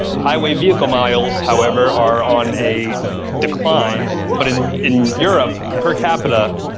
highway vehicle miles, however, are on a decline, but in in europe, per capita,